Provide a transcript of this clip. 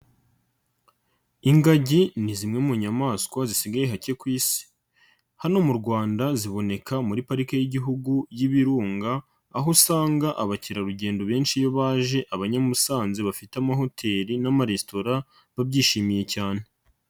Ingagi ni zimwe mu nyamaswa zisigaye hake ku Isi, hano mu Rwanda ziboneka muri pariki y'Igihugu y'ibirunga, aho usanga abakerarugendo benshi iyo baje abanya Musanze bafite amahoteli n'amaresitora, babyishimiye cyane.